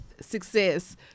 success